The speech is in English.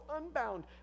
unbound